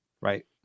right